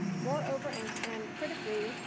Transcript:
moreover, and and critically,